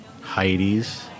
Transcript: Heidi's